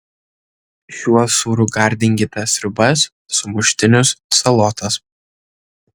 šiuo sūriu gardinkite sriubas sumuštinius salotas